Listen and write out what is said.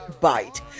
bite